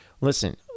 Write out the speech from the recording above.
listen